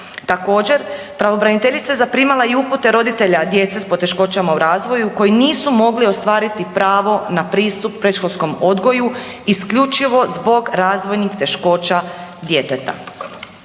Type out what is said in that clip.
Također, pravobraniteljica je zaprimala i upute roditelja djece s poteškoćama u razvoju koji nisu mogli ostvariti pravo na pristup predškolskom odgoju isključivo zbog razvojnih teškoća djeteta.